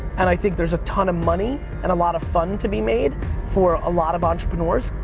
and i think there's a ton of money and a lot of fun to be made for a lot of entrepreneurs,